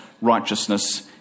righteousness